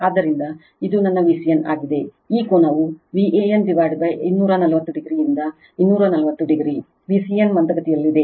ಆದ್ದರಿಂದ ಇದು ನನ್ನ Vcn ಆಗಿದೆ ಈ ಕೋನವು Van240 o ನಿಂದ 240 oVcn ಮಂದಗತಿಯಲ್ಲಿದೆ